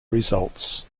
results